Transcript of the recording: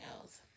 else